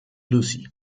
lucy